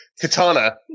katana